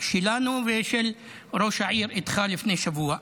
שלנו ושל ראש העיר איתך לפני שבוע,